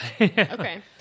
Okay